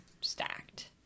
stacked